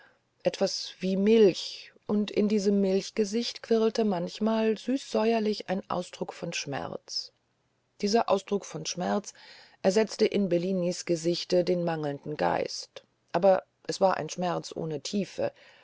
etwas wie milch und in diesem milchgesichte quirlte manchmal süßsäuerlich ein ausdruck von schmerz dieser ausdruck von schmerz ersetzte in bellinis gesichte den mangelnden geist aber es war ein schmerz ohne tiefe